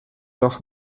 doch